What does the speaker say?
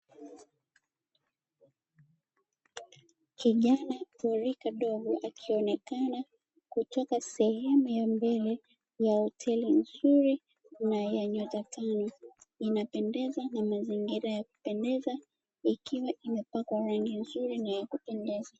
Kijana wa rika dogo akionekana kutoka sehemu ya mbele ya hoteli nzuri na ya nyota tano, inapendeza na mazingira ya kupendeza, ikiwa imepakwa rangi nzuri na ya kupendeza.